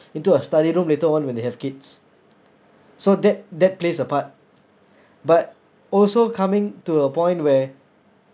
into a study room later on when you have kids so that that plays a part but also coming to a point where